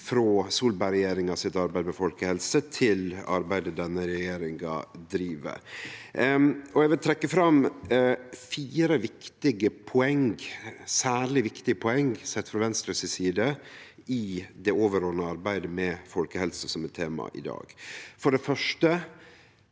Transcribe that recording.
frå Solberg-regjeringas arbeid med folkehelse til arbeidet denne regjeringa driv. Eg vil trekkje fram fire særleg viktige poeng, sett frå Venstres side, i det overordna arbeidet med folkehelse, som er temaet i dag.